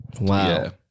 Wow